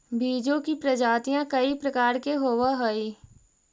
बीजों की प्रजातियां कई प्रकार के होवअ हई